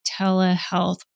telehealth